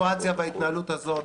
ולאור הסיטואציה בהתנהלות הזאת,